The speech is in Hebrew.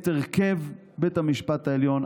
את הרכב בית המשפט העליון,